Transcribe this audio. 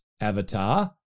avatar